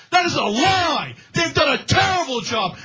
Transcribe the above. that is a lie, they've done a terrible job.